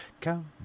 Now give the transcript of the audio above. Come